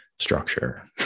structure